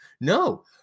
No